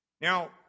Now